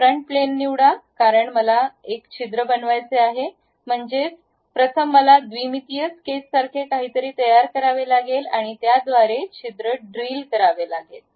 front plane निवडा कारण मला एक छिद्र बनवायचे आहे म्हणजे प्रथम मला द्विमितीय स्केचसारखे काहीतरी तयार करावे लागेल आणि त्याद्वारे छिद्र ड्रिल करावे लागेल